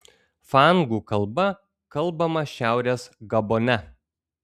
fangų kalba kalbama šiaurės gabone